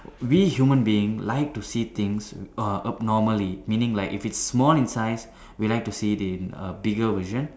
we human beings like to see things uh abnormally meaning like if it's small in size we like to see it in a bigger version